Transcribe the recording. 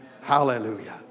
Hallelujah